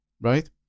right